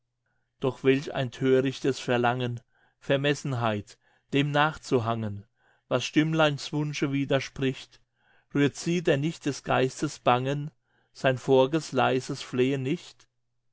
doch welch ein thörichtes verlangen vermessenheit dem nachzuhangen was stimmleins wunsche widerspricht rührt sie denn nicht des geistes bangen sein vor'ges leises flehen nicht